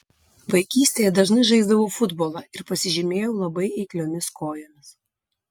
vaikystėje dažnai žaisdavau futbolą ir pasižymėjau labai eikliomis kojomis